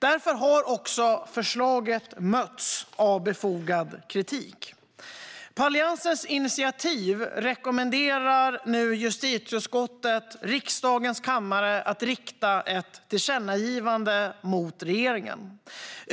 Därför har förslaget också mötts av befogad kritik. På Alliansens initiativ rekommenderar nu justitieutskottet riksdagens kammare att rikta ett tillkännagivande till regeringen.